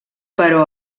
però